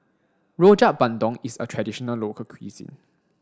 Rojak Bandung is a traditional local cuisine